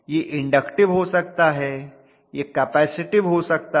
यह इन्डक्टिव हो सकता है यह एक कैपेसिटिव हो सकता है